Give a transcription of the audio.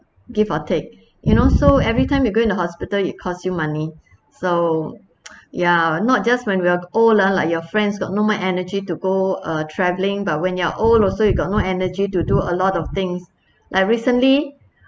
give or take you know so everytime you go in the hospital you cost you money so you're not just when we are old uh like your friends got not much energy to go uh travelling but when you're old also you got no energy to do a lot of things like recently